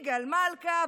יגאל מלכה,